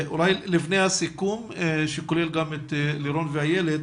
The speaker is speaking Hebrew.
לפני הסיכום, שכולל גם את לירון ואיילת,